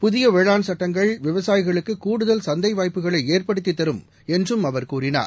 புதிய வேளாண் சட்டங்கள் விவசாயிகளுக்கு கூடுதல் சந்தை வாய்ப்புக்களை ஏற்படுத்தித் தரும் என்றும் அவர் கூறினார்